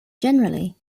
generally